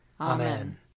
Amen